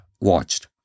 watched